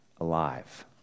alive